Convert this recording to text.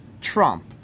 Trump